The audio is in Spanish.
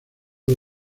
del